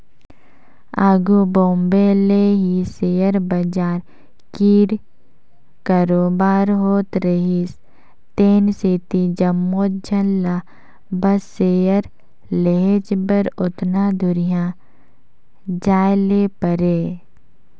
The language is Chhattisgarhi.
आघु बॉम्बे ले ही सेयर बजार कीर कारोबार होत रिहिस तेन सेती जम्मोच झन ल बस सेयर लेहेच बर ओतना दुरिहां जाए ले परे